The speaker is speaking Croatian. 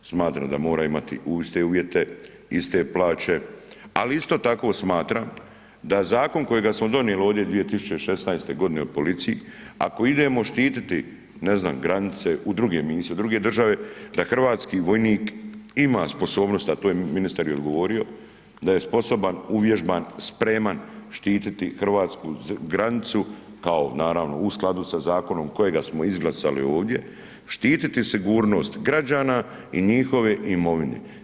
Smatram da mora imati iste uvjete, iste plaće, ali isto tako smatram da zakon kojega smo donijeli ovdje 2016. g. o policiji, ako idemo štititi, ne znam, granice u druge misije, u druge države, da hrvatski vojnik ima sposobnost, a to je ministar i odgovorio, da je sposoban, uvježban, spreman štititi hrvatsku granicu kao, naravno, u skladu sa zakonom kojega smo izglasali ovdje, štititi sigurnost građana i njihove imovine.